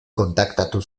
kontaktatu